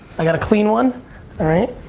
i gotta clean one. all right,